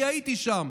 כי הייתי שם,